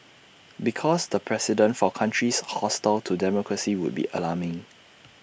because the precedent for countries hostile to democracy would be alarming